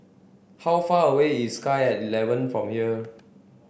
how far away is Sky at Eleven from here